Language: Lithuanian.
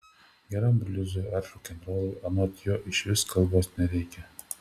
geram bliuzui ar rokenrolui anot jo išvis kalbos nereikia